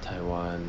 taiwan